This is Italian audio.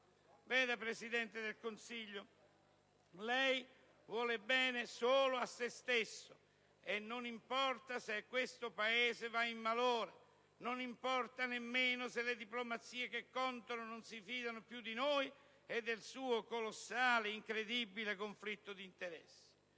Vede, Presidente del Consiglio, lei vuole bene solo a se stesso: e non importa se questo Paese va in malora, non importa nemmeno se le diplomazie che contano non si fidano più di noi e del suo colossale, incredibile conflitto d'interessi.